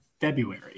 February